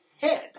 head